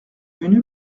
venue